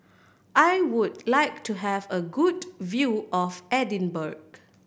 I would like to have a good view of Edinburgh